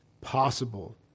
possible